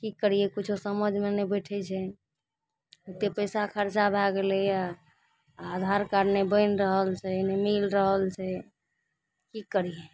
की करियै किछु समझमे नहि बैठै छै ओतेक पैसा खर्चा भए गेलैए आधारकार्ड नहि बनि रहल छै नहि मिल रहल छै की करियै